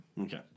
Okay